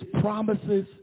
promises